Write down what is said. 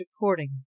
recording